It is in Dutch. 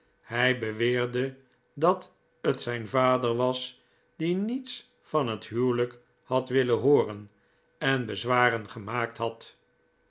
hij beweerde dat het zijn vader was die niets van het huwelijk had willen hooren en bezwaren gemaakt had